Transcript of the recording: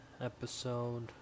episode